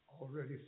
already